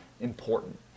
important